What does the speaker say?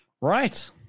Right